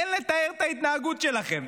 אין לתאר את ההתנהגות שלכם.